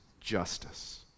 justice